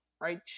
right